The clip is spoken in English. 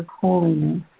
holiness